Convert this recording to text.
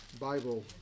Bible